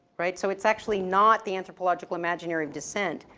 right? so it's actually not the anthropological imaginary descent,